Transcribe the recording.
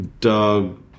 dog